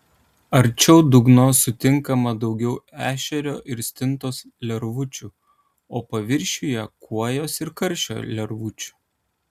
arčiau dugno sutinkama daugiau ešerio ir stintos lervučių o paviršiuje kuojos ir karšio lervučių